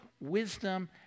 wisdom